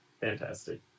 Fantastic